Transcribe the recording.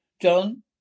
John